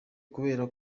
kubera